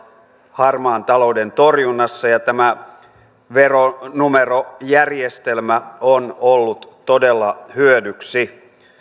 harmaan talouden torjunnassa ja tämä veronumerojärjestelmä on ollut todella hyödyksi